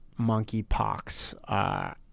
monkeypox